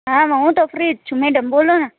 હા હુ તો ફ્રરી જ છું મેડમ તમે બોલોને